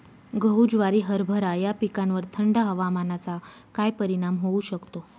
गहू, ज्वारी, हरभरा या पिकांवर थंड हवामानाचा काय परिणाम होऊ शकतो?